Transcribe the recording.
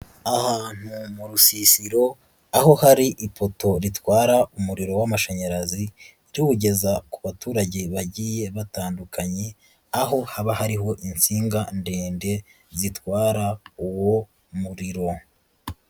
Ahantu mu rusisiro, aho hari ipoto ritwara umuriro w'amashanyarazi, tuwugeza ku baturage bagiye batandukanye, aho haba hariho insinga ndende, zitwara uwo muriro.